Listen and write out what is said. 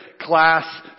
class